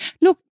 Look